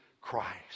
Christ